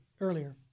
earlier